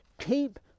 keep